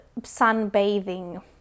sunbathing